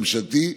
ממשלתי,